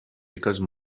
because